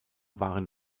waren